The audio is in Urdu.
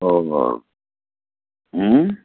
اور